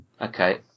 Okay